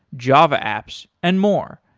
java apps and more.